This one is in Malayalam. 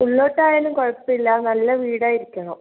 ഉള്ളിലോട്ടായാലും കുഴപ്പമില്ല നല്ല വീട് ആയിരിക്കണം